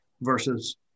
versus